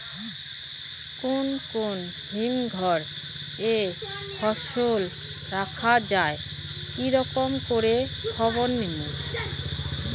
কুন কুন হিমঘর এ ফসল রাখা যায় কি রকম করে খবর নিমু?